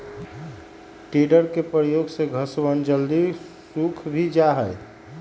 tedder के प्रयोग से घसवन जल्दी सूख भी जाहई